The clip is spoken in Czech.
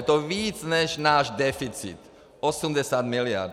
Je to víc, než náš deficit, 80 miliard.